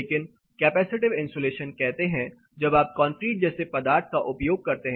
लेकिन capacitive insulation कहते हैं जब आप कंक्रीट जैसे पदार्थ का उपयोग करते हैं